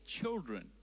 children